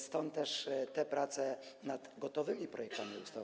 Stąd też te prace nad gotowymi projektami ustaw.